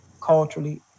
culturally